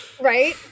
right